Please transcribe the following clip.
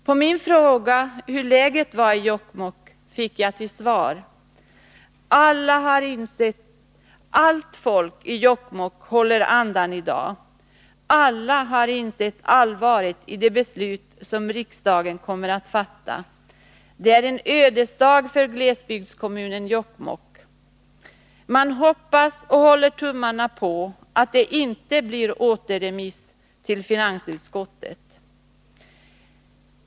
På min fråga hur läget var i Jokkmokk fick jag till svar: Allt folk i Jokkmokk håller andan i dag. Alla har insett allvaret i det beslut som riksdagen kommer att fatta. Det är en ödesdag för glesbygdskommunen Jokkmokk. Man hoppas på och håller tummarna för att det inte blir återremiss till finansutskottet.